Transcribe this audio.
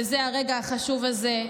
וזה הרגע החשוב הזה.